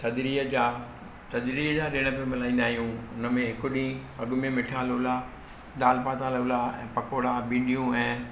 थधिड़ीअ जा थधिड़ीअ जा ॾिण बि मल्हाईंदा आहियूं हुनमें हिकु ॾींहुं अॻु मिठा लोला दाल पातल लोला पकोड़ा भिंडियूं ऐं